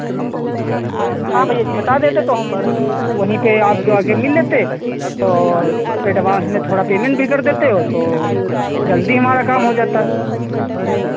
हाँ भैया जी बता देते तो हम वो वहीं पे आपको आके मिल लेते और एडवांस में थोड़ा पेमेंट भी कर देते और तो जल्दी हमारा काम हो जाता